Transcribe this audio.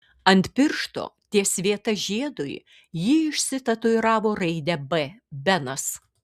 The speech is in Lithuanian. ant piršto ties vieta žiedui ji išsitatuiravo raidę b benas